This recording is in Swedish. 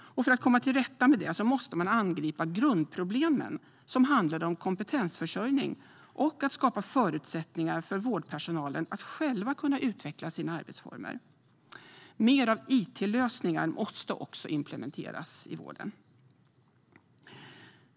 För att komma till rätta med det måste man angripa grundproblemen, som handlar om kompetensförsörjning och om att skapa förutsättningar för vårdpersonalen att själv kunna utveckla sina arbetsformer. Mer av itlösningar måste också implementeras i vården.